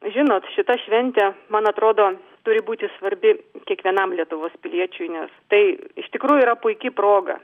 žinot šita šventė man atrodo turi būti svarbi kiekvienam lietuvos piliečiui nes tai iš tikrųjų yra puiki proga